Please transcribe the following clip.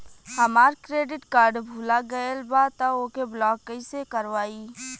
हमार credit card भुला गएल बा त ओके ब्लॉक कइसे करवाई?